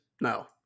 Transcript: No